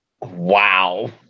wow